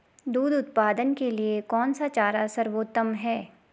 दूध उत्पादन के लिए कौन सा चारा सर्वोत्तम है?